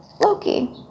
Loki